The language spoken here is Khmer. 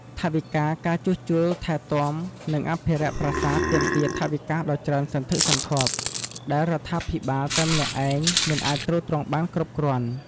ថវិកា ការជួសជុល ថែទាំ និងអភិរក្សប្រាសាទទាមទារថវិកាដ៏ច្រើនសន្ធឹកសន្ធាប់ ដែលរដ្ឋាភិបាលតែម្នាក់ឯងមិនអាចទ្រទ្រង់បានគ្រប់គ្រាន់។